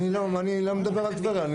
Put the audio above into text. אני לא מדבר על טבריה.